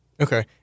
Okay